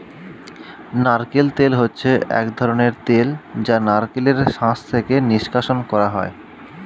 নারকেল তেল হচ্ছে এক ধরনের তেল যা নারকেলের শাঁস থেকে নিষ্কাশণ করা হয়